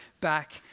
back